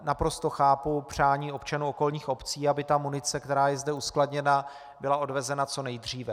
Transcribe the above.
Naprosto chápu přání občanů okolních obcí, aby ta munice, která je zde uskladněna, byla odvezena, co nejdříve.